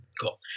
Cool